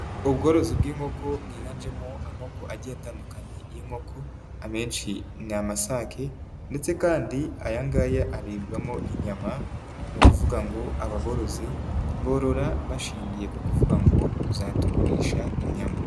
Ubworozi bw'inkoko bwiganjemo amoko agiye atandukanye y'inkoko, amenshi ni amasake ndetse kandi aya ngaya aribwamo inyama, ni ukuvuga ngo aba borozi borora bashingiye ku kuvuga ngo tuzajya tugurisha inyama.